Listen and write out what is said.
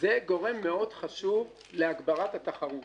גורם מאוד חשוב להגברת התחרות.